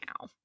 now